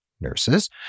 nurses